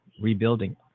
rebuilding